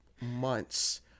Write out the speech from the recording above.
months